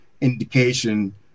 indication